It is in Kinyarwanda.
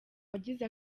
abagize